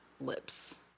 lips